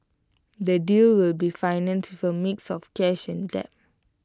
the deal will be financed for mix of cash and debt